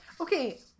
Okay